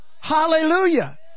Hallelujah